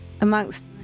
amongst